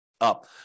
up